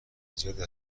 زیادی